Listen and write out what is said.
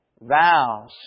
Vows